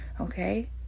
Okay